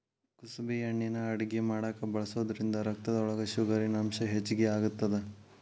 ಕುಸಬಿ ಎಣ್ಣಿನಾ ಅಡಗಿ ಮಾಡಾಕ ಬಳಸೋದ್ರಿಂದ ರಕ್ತದೊಳಗ ಶುಗರಿನಂಶ ಹೆಚ್ಚಿಗಿ ಆಗತ್ತದ